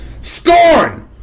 Scorn